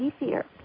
easier